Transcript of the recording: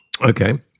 Okay